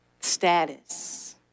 status